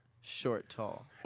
short-tall